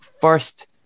first